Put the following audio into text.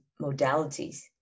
modalities